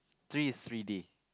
threes three-D